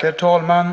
Herr talman!